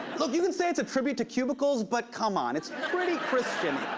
look, you can say it's a tribute to cubicles, but come on. it's pretty christian.